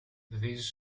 these